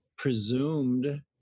presumed